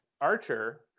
Archer